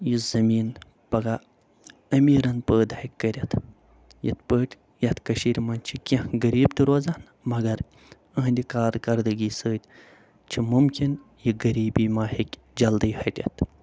یُس زٔمیٖن پگاہ امیٖرن پٲدٕ ہٮ۪کہِ کٔرِتھ یِتھ پٲٹھۍ یَتھ کٔشیٖرِ منٛز چھِ کیٚنٛہہ غریٖب تہِ روزان مگر إہنٛدِ کارکردگی سۭتۍ چھِ ممکِن یہِ غریٖبی ما ہیٚکہِ جلدی ہٹتھ